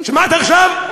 שמעת עכשיו?